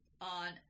on